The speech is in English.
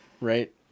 Right